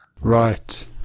Right